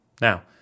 Now